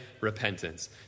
repentance